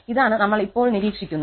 ഇതാണ് നമ്മൾ ഇപ്പോൾ നിരീക്ഷിക്കുന്നത്